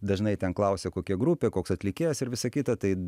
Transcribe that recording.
dažnai ten klausia kokia grupė koks atlikėjas ir visa kita tai